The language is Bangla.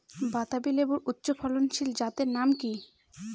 বাতাবি লেবুর উচ্চ ফলনশীল জাতের নাম কি?